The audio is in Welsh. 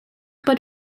bod